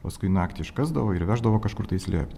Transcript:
paskui naktį iškasdavo ir veždavo kažkur tai slept